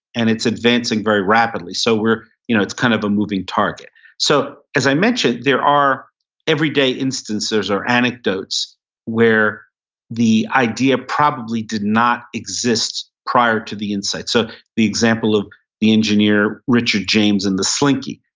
and it's advancing very rapidly. so you know it's kind of a moving target so as i mentioned, there are everyday instances or anecdotes where the idea probably did not exist prior to the insights. so the example of the engineer, richard james and the slinky.